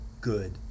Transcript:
good